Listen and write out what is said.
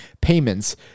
payments